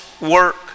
work